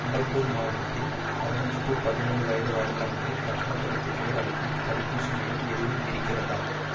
சம்பல்பூர் மாவட்டத்தில் பதினஞ்சு டு பதினேழு வயது வரம்பினருக்கு கட்டணத் தடுப்பூசிகள் அளிக்கும் தடுப்பூசி மையம் எதுவும் இருக்கிறதா